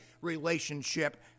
relationship